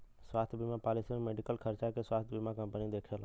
स्वास्थ्य बीमा पॉलिसी में मेडिकल खर्चा के स्वास्थ्य बीमा कंपनी देखला